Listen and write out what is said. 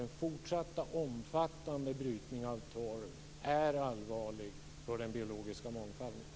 En fortsatt omfattande brytning av torv är allvarlig för den biologiska mångfalden.